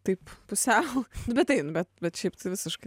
taip pusiau bet taip bet bet šiaip tai visiškai